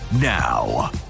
now